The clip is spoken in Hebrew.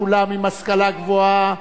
כולם עם השכלה גבוהה,